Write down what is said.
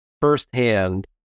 firsthand